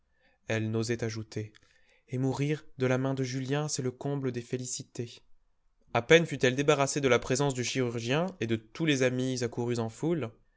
elle n'osait ajouter et mourir de la main de julien c'est le comble des félicités a peine fut-elle débarrassée de la présence du chirurgien et de tous les amis accourus en foule